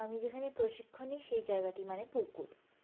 আমি যেখানে প্রশিক্ষণ নিই সেই জায়গাটি মানে পুকুর